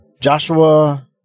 joshua